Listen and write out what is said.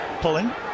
pulling